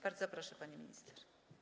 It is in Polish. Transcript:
Bardzo proszę, pani minister.